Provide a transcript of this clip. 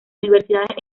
universidades